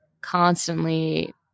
constantly